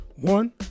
One